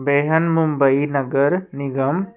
ਬੇਹਨ ਮੁੰਬਈ ਨਗਰ ਨਿਗਮ